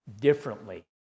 differently